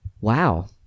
Wow